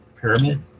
pyramid